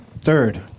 Third